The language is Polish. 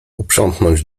uprzątnąć